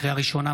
לקריאה ראשונה,